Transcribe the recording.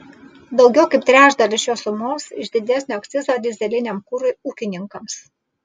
daugiau kaip trečdalis šios sumos iš didesnio akcizo dyzeliniam kurui ūkininkams